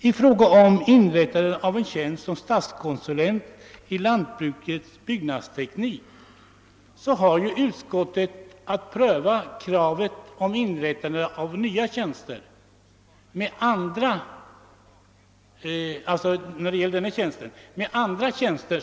I fråga om inrättande av en tjänst som statskonsulent i lantbrukets byggnadsteknik har utskottet att pröva detta krav i relation till andra krav på inrättande av nya tjänster.